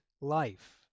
life